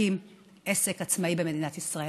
להקים עסק עצמאי במדינת ישראל.